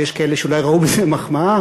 ויש כאלו שאולי ראו בזה מחמאה,